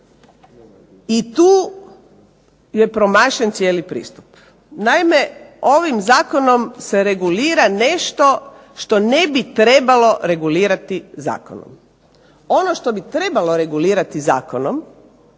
i tu je promašen cijeli pristup. Naime, ovim zakonom se regulira nešto što ne bi trebalo regulirati zakonom. Ono što bi trebalo regulirati zakonom